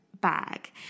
bag